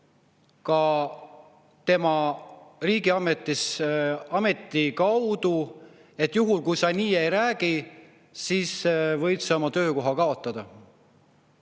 ka tema riigiameti kaudu: juhul kui sa nii ei räägi, siis võid oma töökoha kaotada.